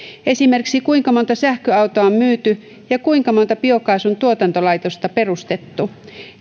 esimerkiksi kuinka monta sähköautoa on myyty ja kuinka monta biokaasun tuotantolaitosta perustettu